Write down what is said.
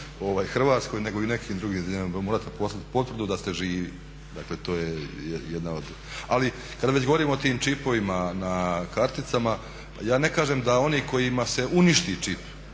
Hrvatskoj nego i u nekim drugim zemljama. Morate poslati potvrdu da ste živi. Ali kada već govorimo o tim čipovima na karticama ja ne kažem da oni kojima se uništi čip,